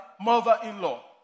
mother-in-law